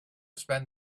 spend